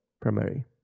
primary